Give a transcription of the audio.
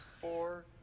four